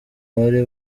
bari